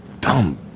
Dumb